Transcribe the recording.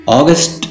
August